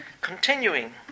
Continuing